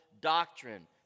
doctrine